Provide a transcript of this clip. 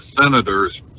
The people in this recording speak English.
Senators